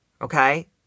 okay